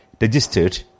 registered